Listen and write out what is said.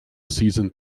season